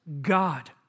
God